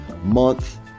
month